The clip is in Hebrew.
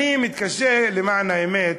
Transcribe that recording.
אני מתקשה, למען האמת,